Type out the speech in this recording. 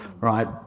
right